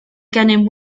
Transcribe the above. gennym